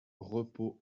repos